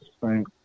Right